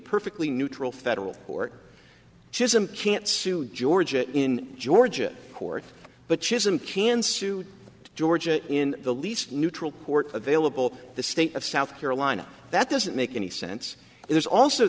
perfectly neutral federal court system can't sue georgia in georgia court but chisholm can sue georgia in the least neutral court available the state of south carolina that doesn't make any sense there's also